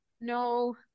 No